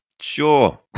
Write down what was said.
Sure